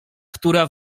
która